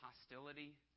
hostility